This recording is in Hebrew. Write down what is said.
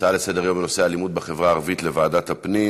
ההצעה לסדר-היום בנושא האלימות בחברה הערבית לוועדת הפנים.